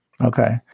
Okay